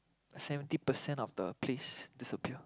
seventy percent of the place disappear